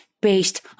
based